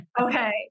Okay